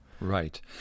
Right